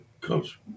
Coach